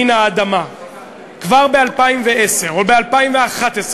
מן האדמה כבר ב-2010 או ב-2011,